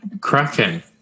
Cracking